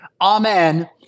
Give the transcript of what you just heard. Amen